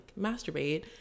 masturbate